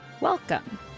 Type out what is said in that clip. welcome